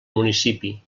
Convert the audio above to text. municipi